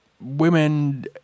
women